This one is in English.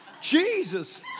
Jesus